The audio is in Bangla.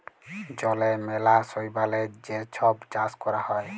জলে ম্যালা শৈবালের যে ছব চাষ ক্যরা হ্যয়